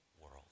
world